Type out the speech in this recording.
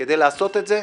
ו-פ/5995/20,